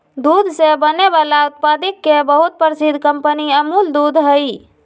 दूध से बने वाला उत्पादित के बहुत प्रसिद्ध कंपनी अमूल दूध हई